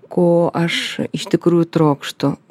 ko aš iš tikrųjų trokštu